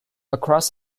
across